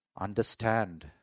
understand